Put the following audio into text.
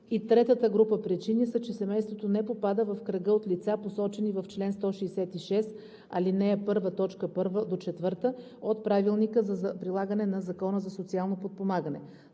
третата група причини са, че семейството не попада в кръга от лица, посочени в чл. 166, ал. 1, т. 1 – 4 от Правилника за прилагане на Закона за социално подпомагане.